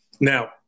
Now